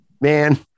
man